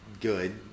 good